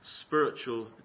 spiritual